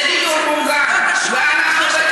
ובושה לך